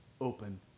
open